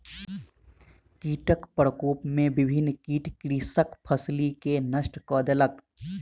कीट प्रकोप में विभिन्न कीट कृषकक फसिल के नष्ट कय देलक